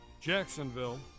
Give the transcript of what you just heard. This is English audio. Jacksonville